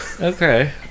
Okay